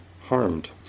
harmed